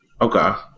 Okay